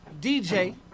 DJ